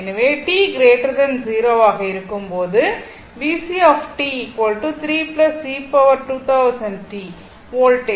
எனவே t 0 ஆக இருக்கும் போது வோல்ட்